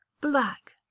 Black